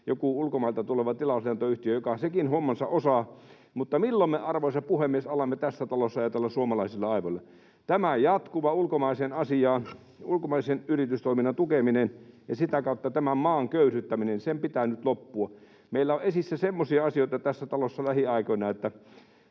joku ulkomailta tuleva tilauslentoyhtiö, joka sekin hommansa osaa. Mutta milloin me, arvoisa puhemies, alamme tässä talossa ajatella suomalaisilla aivoilla? Tämä jatkuva ulkomaisen yritystoiminnan tukeminen ja sitä kautta tämän maan köyhdyttäminen pitää nyt loppua. Meillä on esillä semmoisia asioita tässä talossa lähiaikoina —